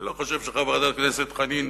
אני לא חושב שחברת הכנסת חנין